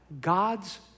God's